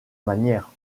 manière